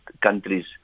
countries